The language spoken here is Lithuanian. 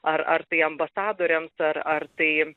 ar ar tai ambasadoriams ar ar tai